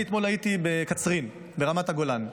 אני אתמול הייתי בקצרין ברמת הגולן,